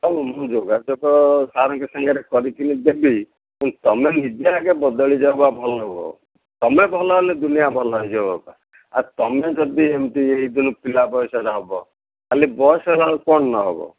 ହଉ ମୁଁ ଯୋଗାଯୋଗ ସାର୍ଙ୍କ ସାଙ୍ଗରେ କରିକିନା ଦେବି କିନ୍ତୁ ତୁମେ ନିଜେ ଆଗ ବଦଳି ଯାଅ ବା ଭଲ ହୁଅ ତୁମେ ଭଲ ହେଲେ ଦୁନିଆ ଭଲ ହେଇଯିବ ବାପା ଆଉ ତୁମେ ଯଦି ଏମତି ଏଇଦିନୁ ପିଲା ବୟସରେ ହେବ ତା'ହେଲେ ବୟସ ହେଲା ବେଳକୁ କ'ଣ ନ ହେବ